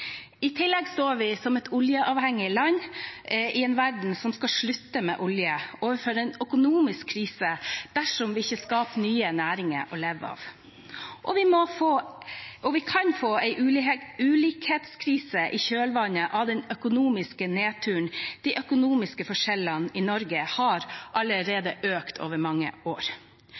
I tillegg står vi som et oljeavhengig land i en verden som skal slutte med olje, overfor en økonomisk krise dersom vi ikke skaper nye næringer å leve av. Vi kan få en ulikhetskrise i kjølvannet av den økonomiske nedturen. De økonomiske forskjellene i Norge har allerede økt over mange år.